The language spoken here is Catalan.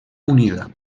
unida